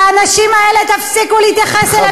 והאנשים האלה, תפסיקו להתייחס אליהם כאל בוגדים.